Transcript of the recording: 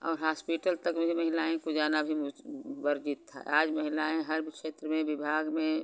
और हास्पिटल तक में जो महिलाएँ को जाना भी वर्जित था आज महिलाएँ हर क्षेत्र में विभाग में